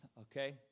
Okay